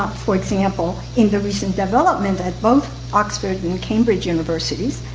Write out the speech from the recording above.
for example, in the recent development at both oxford and cambridge universities,